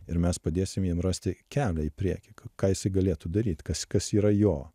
ir mes padėsim jiem rasti kelią į priekį ka ką jis galėtų daryt kas kas yra jo